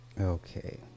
okay